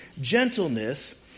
gentleness